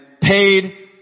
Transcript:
paid